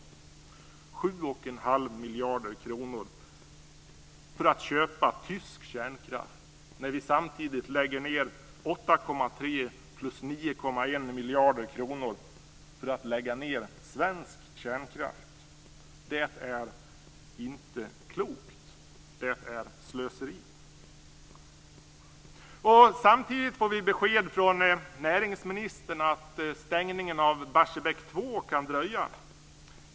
Man lägger 7,5 miljarder kronor på att köpa tysk kärnkraft, när vi samtidigt lägger ned 8,3 + 9,1 miljarder kronor på att lägga ned svensk kärnkraft. Det är inte klokt. Det är slöseri. Samtidigt får vi besked från näringsministern om att stängningen av Barsebäck 2 kan dröja.